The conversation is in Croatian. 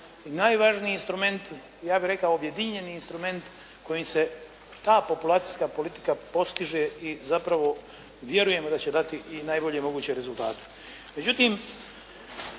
najvažniji instrument, ja bih rekao objedinjeni instrument kojim se ta populacijska politika postiže i zapravo vjerujemo da će dati i najbolje moguće rezultate.